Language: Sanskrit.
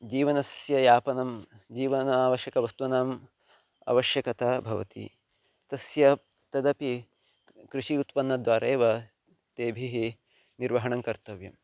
जीवनस्य यापनं जीवनावाश्यकवस्तूनाम् आवश्यकता भवति तस्य तदपि कृषिः उत्पन्नद्वारा एव तैः निर्वहणं कर्तव्यम्